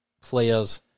players